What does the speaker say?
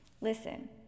listen